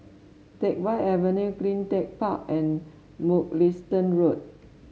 Teck Whye Avenue CleanTech Park and Mugliston Road